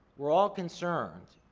we're all concerned,